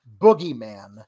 boogeyman